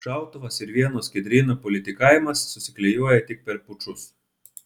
šautuvas ir vieno skiedryno politikavimas susiklijuoja tik per pučus